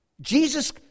Jesus